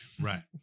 right